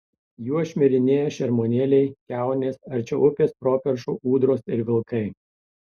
juo šmirinėja šermuonėliai kiaunės arčiau upės properšų ūdros ir vilkai